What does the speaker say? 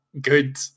good